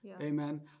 Amen